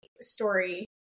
story